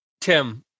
Tim